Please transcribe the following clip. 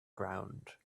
ground